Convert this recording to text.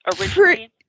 originally